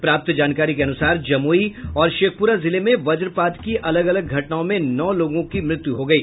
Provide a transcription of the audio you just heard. प्राप्त जानकारी के अनुसार जमुई और शेखपुरा जिले में वज्रपात की अलग अलग घटनाओं में नौ लोगों की मृत्यु हो गयी